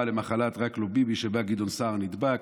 למחלת "רק לא ביבי" שבה גדעון סער נדבק?